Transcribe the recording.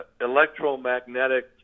electromagnetic